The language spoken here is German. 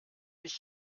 ich